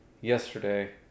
yesterday